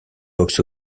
box